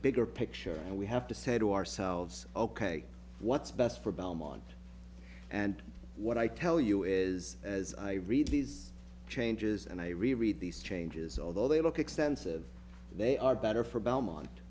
bigger picture and we have to say to ourselves ok what's best for belmont and what i tell you is as i read these changes and i reread these changes although they look extensive they are better for belmont